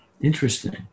Interesting